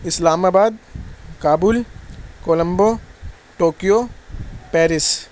اسلام آباد Kabul Colombo Tokyo Paris